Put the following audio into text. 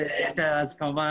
אז כמובן